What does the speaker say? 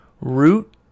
root